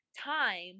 time